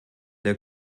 der